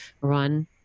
run